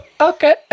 Okay